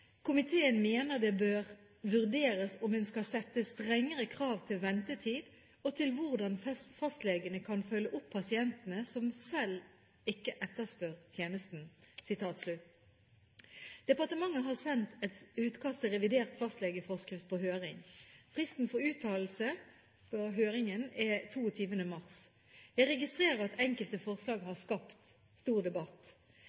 Komiteen sier videre: «Komiteen mener det bør vurderes om en skal sette strengere krav til ventetid og til hvordan fastlegene kan følge opp pasientene som ikke selv etterspør tjenesten.» Departementet har sendt et utkast til revidert fastlegeforskrift på høring. Fristen for å avgi høringsuttalelser er 22. mars. Jeg registrerer at enkelte forslag